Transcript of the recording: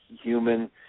human